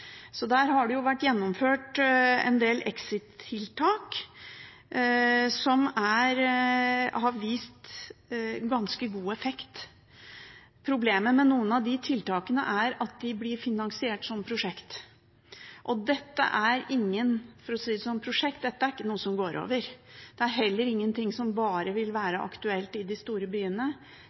Det har vært gjennomført en del exit-tiltak som har vist ganske god effekt. Problemet med noen av de tiltakene er at de blir finansiert som prosjekt. Dette er ikke prosjekt – for å si det sånn – dette er ikke noe som går over. Det er heller ikke noe som bare vil være aktuelt i de store byene.